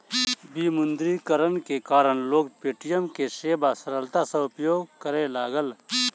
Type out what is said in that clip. विमुद्रीकरण के कारण लोक पे.टी.एम के सेवा सरलता सॅ उपयोग करय लागल